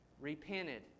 repented